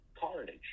Carnage